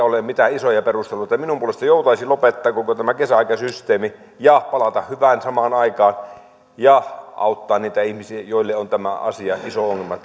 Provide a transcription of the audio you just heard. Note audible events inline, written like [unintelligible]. ole mitään isoja perusteluita niin minun puolestani joutaisi lopettaa koko tämä kesäaikasysteemi ja palata hyvään samaan aikaan ja auttaa niitä ihmisiä joille on tämä asia iso ongelma [unintelligible]